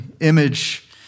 image